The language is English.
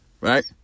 right